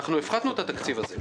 הפחתנו את התקציב הזה.